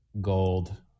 gold